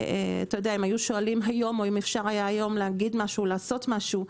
אם אפשר היה היום להגיד משהו או לעשות משהו,